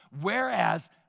whereas